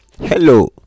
hello